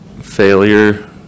failure